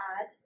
add